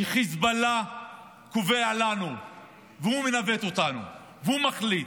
שחיזבאללה קובע לנו והוא מנווט אותנו והוא מחליט.